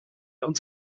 uns